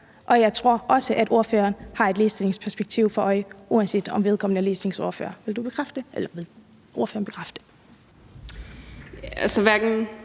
Og jeg tror også, at ordføreren har et ligestillingsperspektiv for øje, uanset om hun er ligestillingsordfører eller ej. Vil ordføreren bekræfte